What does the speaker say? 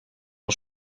els